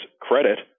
credit